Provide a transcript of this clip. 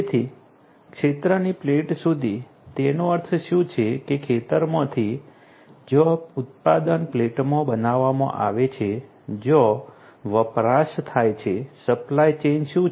તેથી ક્ષેત્રથી પ્લેટ સુધી તેનો અર્થ શું છે કે ખેતરમાંથી જ્યાં ઉત્પાદન પ્લેટમાં બનાવવામાં આવે છે જ્યાં વપરાશ થાય છે સપ્લાય ચેઇન શું છે